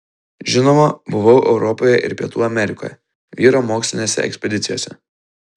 žinoma buvau europoje ir pietų amerikoje vyro mokslinėse ekspedicijose